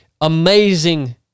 amazing